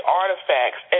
artifacts